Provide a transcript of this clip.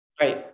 right